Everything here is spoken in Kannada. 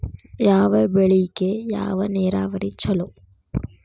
ಯಾವ ಬೆಳಿಗೆ ಯಾವ ನೇರಾವರಿ ಛಲೋ?